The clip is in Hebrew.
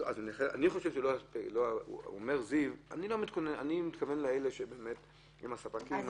אומר זיו: אני מתכוון לספקים המוסמכים